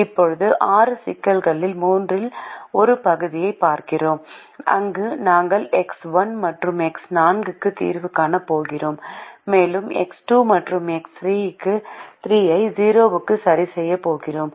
இப்போது ஆறு சிக்கல்களில் மூன்றில் ஒரு பகுதியைப் பார்க்கிறோம் அங்கு நாங்கள் எக்ஸ் 1 மற்றும் எக்ஸ் 4 க்கு தீர்வு காணப் போகிறோம் மேலும் எக்ஸ் 2 மற்றும் எக்ஸ் 3 ஐ 0 க்கு சரிசெய்யப் போகிறோம்